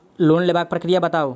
Loan लेबाक प्रक्रिया बताऊ?